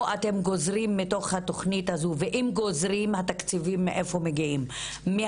אתם גוזרים מתוך התוכנית הזאת ואם גוזרים מאיפה מגיעים התקציבים,